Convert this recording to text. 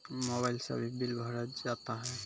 Mobile से भी bill भरा जाता हैं?